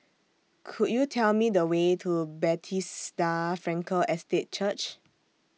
Could YOU Tell Me The Way to Bethesda Frankel Estate Church